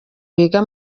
wiga